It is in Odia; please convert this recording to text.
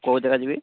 କୋଉ ଜାଗା ଯିବେ